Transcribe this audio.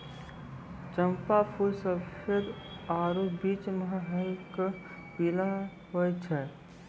चंपा फूल सफेद आरु बीच मह हल्क पीला होय छै